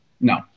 No